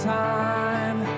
time